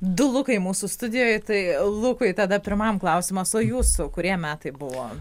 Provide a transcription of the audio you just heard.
du lukai mūsų studijoj tai lukui tada pirmam klausimas o jūsų kurie metai buvo